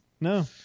no